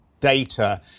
data